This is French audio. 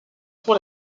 pour